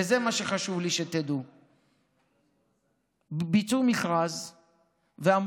וזה מה שחשוב לי שתדעו: ביצעו מכרז ואמרו: